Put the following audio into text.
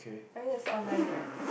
I mean that's online what